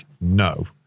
no